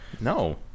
No